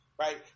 Right